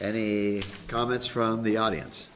any comments from the audience